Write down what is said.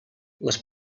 les